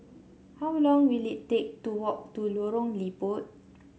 how long will it take to walk to Lorong Liput